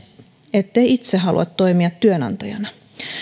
ettei itse halua toimia työnantajana